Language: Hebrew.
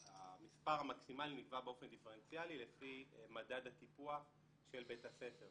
המספר המקסימלי נקבע באופן דיפרנציאלי לפי מדד הטיפוח של בית הספר.